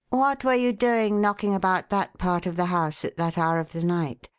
what were you doing knocking about that part of the house at that hour of the night?